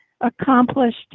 accomplished